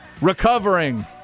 recovering